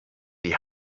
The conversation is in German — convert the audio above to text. die